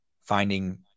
finding